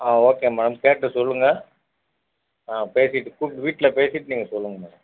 ஆ okay madam கேட்டு சொல்லுங்கள் ஆ பேசிவிட்டு கூட் வீட்டில் பேசிவிட்டு நீங்கள் சொல்லுங்கள் மேடம்